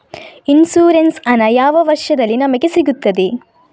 Insurance ಹಣ ಯಾವ ವರ್ಷದಲ್ಲಿ ನಮಗೆ ಸಿಗುತ್ತದೆ?